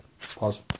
Pause